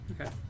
Okay